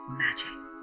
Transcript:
magic